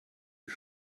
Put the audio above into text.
you